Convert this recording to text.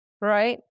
right